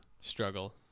struggle